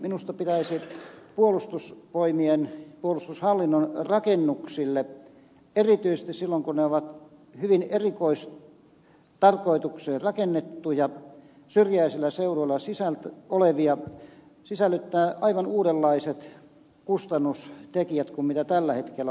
minusta pitäisi puolustushallinnon rakennuksille erityisesti silloin kun ne ovat hyvin erikoistarkoitukseen rakennettuja syrjäisillä seuduilla olevia sisällyttää aivan uudenlaiset kustannustekijät verrattuna siihen mitä tällä hetkellä on